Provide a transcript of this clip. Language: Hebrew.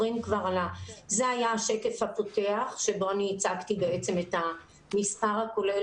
זה היה השקף הפותח בו הצגתי את המספר הכולל